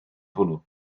hwnnw